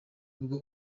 bwo